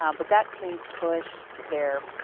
um but that team's push there,